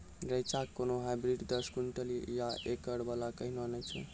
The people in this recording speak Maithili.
रेचा के कोनो हाइब्रिड दस क्विंटल या एकरऽ वाला कहिने नैय छै?